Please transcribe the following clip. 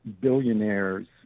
billionaires